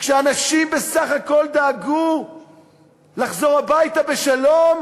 כשאנשים בסך הכול דאגו לחזור הביתה בשלום,